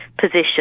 position